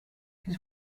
his